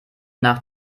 nach